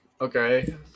Okay